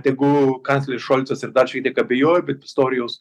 tegu kancleris šolcas ir dar šiek tiek abejoju bet pistorijaus